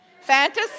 fantasy